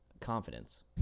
Confidence